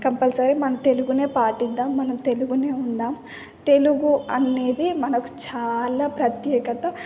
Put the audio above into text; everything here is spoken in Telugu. కంపల్సరీ మన తెలుగునే పాటిద్దాం మన తెలుగునే ఉందాం తెలుగు అనేది మనకు చాలా ప్రత్యేకత